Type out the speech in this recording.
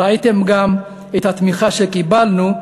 ראיתם גם את התמיכה שקיבלנו,